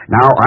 Now